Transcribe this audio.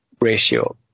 ratio